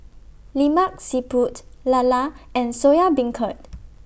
Lemak Siput Lala and Soya Beancurd